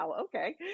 okay